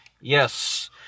yes